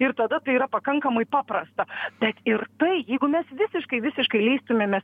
ir tada tai yra pakankamai paprasta bet ir tai jeigu mes visiškai visiškai lįstumėme